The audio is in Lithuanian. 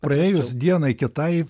praėjus dienai kitai